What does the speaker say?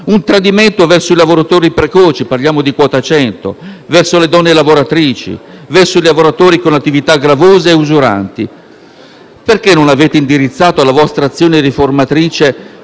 Un tradimento verso i lavoratori precoci (parliamo di quota 100), verso le donne lavoratrici, verso i lavoratori con attività gravose e usuranti. Perché non avete indirizzato la vostra azione riformatrice